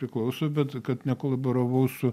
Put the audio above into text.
priklauso bet kad nekolaboravau su